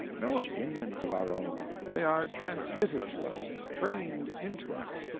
no opinions of our own they are transmitted to us, trained into us.